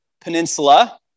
Peninsula